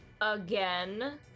again